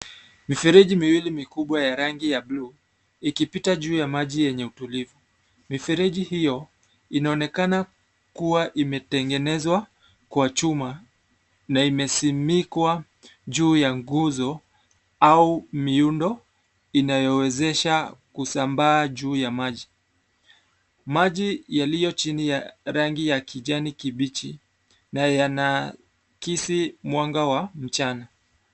Mifereji miwili mikubwa ya rangi ya blue ikipita juu ya maji yenye utulivu. Mifereji hio inaonekana kuwa imetengenezwa kwa chuma na imesimikwa juu ya nguzo au miundo inayowezesha kusambaa juu ya maji. Maji yaliyo chini ya rangi ya kijani kibichi na yanaakisi mwanga wa mchana.